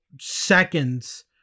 seconds